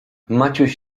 maciuś